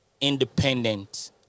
independent